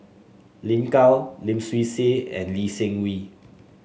Lin Gao Lim Swee Say and Lee Seng Wee